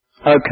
Okay